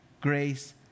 grace